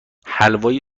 حلوای